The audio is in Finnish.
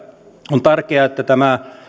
on tärkeää että tämä